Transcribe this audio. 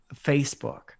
facebook